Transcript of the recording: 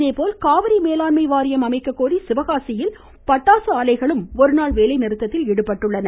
இதேபோல் காவிரி மேலாண்மை வாரியம் அமைக்கக்கோரி சிவகாசியில் பட்டாசு ஆலைகளும் இன்று ஒருநாள் வேலை நிறுத்தத்தில் ஈடுபட்டுள்ளன